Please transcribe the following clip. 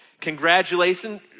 Congratulations